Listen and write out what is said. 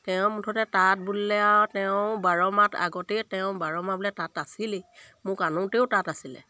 তেওঁ মুঠতে তাঁত বুলিলে আৰু তেওঁ বাৰ মাহ আগতে তেওঁ বাৰ মাহ বোলে তাঁত আছিল মোক আনোতেও তাঁত আছিলে